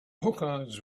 hookahs